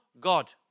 God